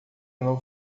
não